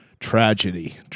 Tragedy